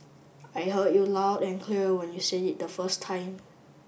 I heard you loud and clear when you said it the first time